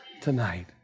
tonight